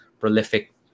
prolific